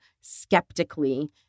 skeptically